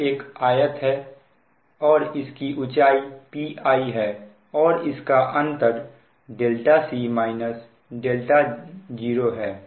यह एक आयत है और इसकी ऊंचाई Pi है और इनका अंतर c 0 है